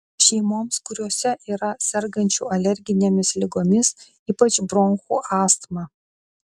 šeimoms kuriose yra sergančių alerginėmis ligomis ypač bronchų astma